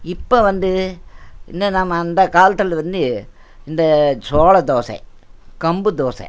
இப்போ வந்து இன்னும் நம்ம அந்த காலத்திலேருந்து இந்த சோள தோசை கம்பு தோசை